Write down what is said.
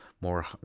more